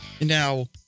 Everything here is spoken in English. Now